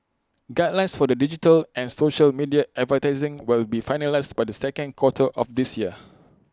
guidelines for digital and social media advertising will be finalised by the second quarter of this year